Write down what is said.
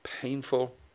painful